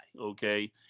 okay